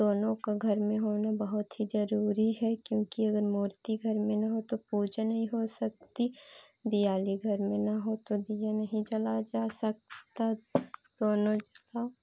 दोनों का घर में होना बहुत ही ज़रूरी है क्योंकि अगर मूर्ति घर में ना हो तो पूजा नहीं हो सकती दियाली घर में ना हो तो दिया नहीं जलाया जा सकता दोनों को